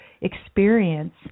experience